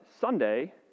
Sunday